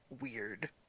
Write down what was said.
weird